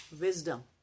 wisdom